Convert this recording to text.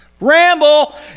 ramble